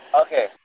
Okay